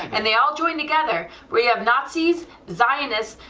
and they all join together we have nazis, zionist,